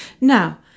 Now